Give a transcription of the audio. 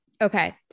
Okay